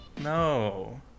no